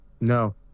No